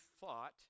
thought